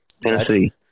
Tennessee